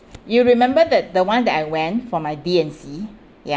you remember that the one that I went for my D and C ya